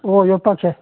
ꯑꯣ ꯌꯣꯝꯄꯥꯛꯁꯦ